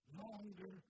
longer